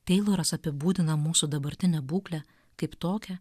teiloras apibūdina mūsų dabartinę būklę kaip tokią